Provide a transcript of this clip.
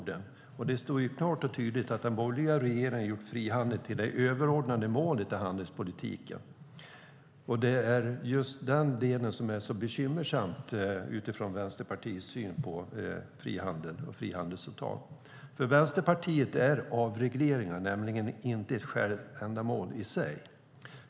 Det står klart och tydligt att den borgerliga regeringen har gjort frihandel till det överordnade målet i handelspolitiken. Det är just den delen som är så bekymmersam utifrån Vänsterpartiets syn på frihandel och frihandelsavtal. För Vänsterpartiet är avregleringar inte ett självändamål i sig.